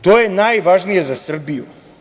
To je najvažnije za Srbiju.